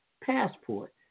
passport